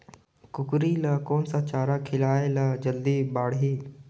कूकरी ल कोन सा चारा खिलाय ल जल्दी बाड़ही?